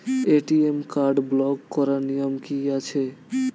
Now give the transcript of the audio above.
ATM card block করার নিয়ম কি আছে?